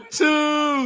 two